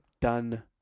done